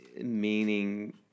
meaning